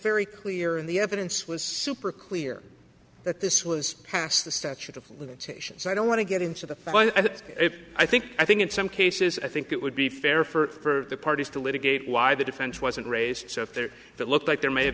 very clear in the evidence was super clear that this was past the statute of limitations so i don't want to get into the i think i think in some cases i think it would be fair for the parties to litigate why the defense wasn't raised so if there it looked like there may have